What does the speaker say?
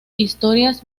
historias